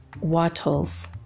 Wattles